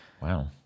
Wow